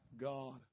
God